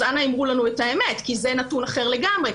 אז אנא אמרו לנו את האמת כי זה נתון אחר לגמרי.